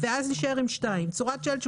ואז נישאר עם פסקה (2): "צורת שלט של